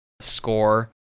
score